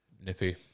Nippy